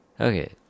Okay